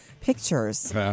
pictures